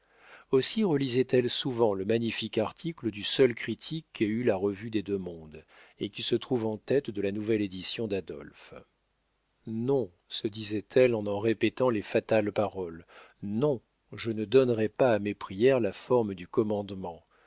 aussi relisait elle souvent le magnifique article du seul critique qu'ait eu la revue des deux-mondes et qui se trouve en tête de la nouvelle édition d'adolphe non se disait-elle en en répétant les fatales paroles non je ne donnerai pas à mes prières la forme du commandement